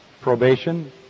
probation